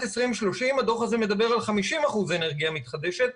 2030 הדוח הזה מדבר על 50 אחוזים אנרגיה מתחדשת.